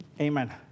Amen